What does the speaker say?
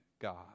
God